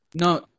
No